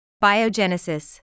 biogenesis